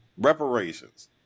reparations